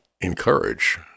encourage